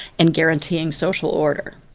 and guaranteeing social order.